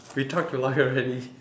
we talked a lot already